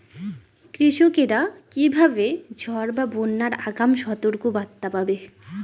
কৃষকেরা কীভাবে ঝড় বা বন্যার আগাম সতর্ক বার্তা পাবে?